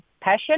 passion